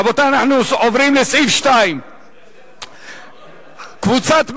רבותי, אנחנו עוברים לסעיף 2. קבוצת מרצ,